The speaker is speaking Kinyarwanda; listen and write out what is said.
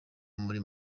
muri